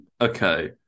okay